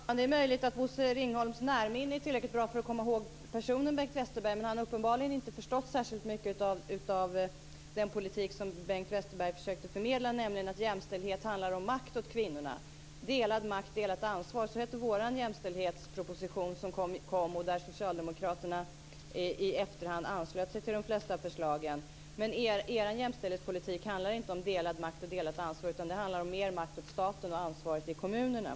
Fru talman! Det är möjligt att Bosse Ringholms närminne är tillräckligt bra för att komma ihåg personen Bengt Westerberg, men han har uppenbarligen inte förstått särskilt mycket av den politik som Bengt Westerberg försökte förmedla, nämligen att jämställdhet handlar om makt till kvinnorna. Delad makt, delat ansvar - så hette vår jämställdhetsproposition, och socialdemokraterna anslöt sig i efterhand till de flesta förslagen. Men er jämställdhetspolitik handlar inte om delad makt och delat ansvar, utan den handlar om mer makt åt staten och ansvaret åt kommunerna.